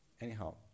anyhow